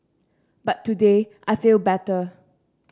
but today I feel better